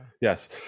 Yes